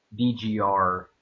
DGR